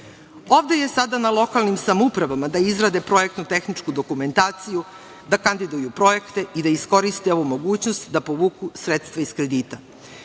je sada na lokalnim samoupravama da izrade projektno-tehničku dokumentaciju, da kandiduju projekte i da iskoriste ovu mogućnost da povuku sredstva iz kredita.